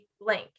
blank